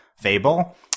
Fable